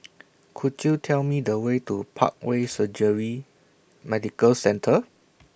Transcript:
Could YOU Tell Me The Way to Parkway Surgery Medical Centre